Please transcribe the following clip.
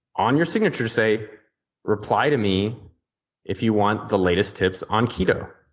on your signature say reply to me if you want the latest tips on keto.